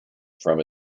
from